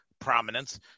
prominence